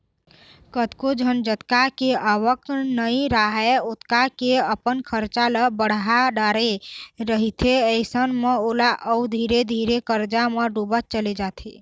कतको झन जतका के आवक नइ राहय ओतका के अपन खरचा ल बड़हा डरे रहिथे अइसन म ओहा अउ धीरे धीरे करजा म बुड़त चले जाथे